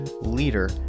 leader